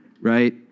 right